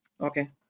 okay